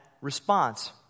response